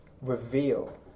Reveal